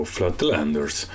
Flatlanders